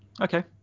Okay